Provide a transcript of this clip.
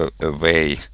away